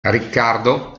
riccardo